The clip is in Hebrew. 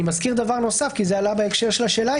אני מזכיר דבר נוסף כי הוא עלה בהקשר של השאלה,